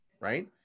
right